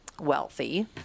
wealthy